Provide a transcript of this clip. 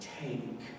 take